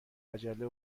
عجله